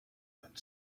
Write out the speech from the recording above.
wind